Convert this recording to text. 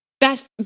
best